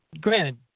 Granted